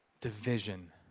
Division